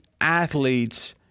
athletes